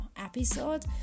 episode